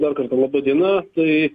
dar kartą laba diena tai